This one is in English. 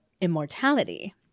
immortality